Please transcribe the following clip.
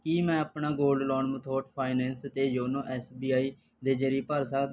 ਕੀ ਮੈਂ ਆਪਣਾ gold loan Muthoot finance 'ਤੇ ਯੋਨੋ ਐਸ ਬੀ ਆਈ ਦੇ ਜਰੀਏ ਭਰ ਸਕਦਾ ਹਾਂ